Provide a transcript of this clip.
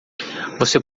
você